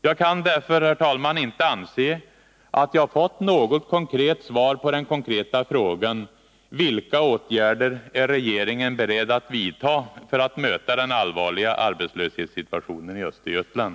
Jag kan därför, herr talman, inte anse att jag fått något konkret svar på den konkreta frågan: Vilka åtgärder är regeringen beredd att vidta för att möta den allvarliga arbetslöshetssituationen i Östergötland?